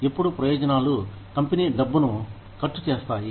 ఎప్పుడు ప్రయోజనాలు కంపెనీ డబ్బును ఖర్చు చేస్తాయి